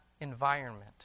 environment